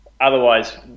otherwise